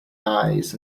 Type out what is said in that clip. eyes